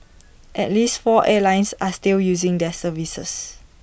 at least four airlines are still using their services